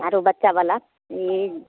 हॅं तऽ बच्चा बला ई